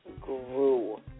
grew